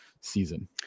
season